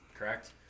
correct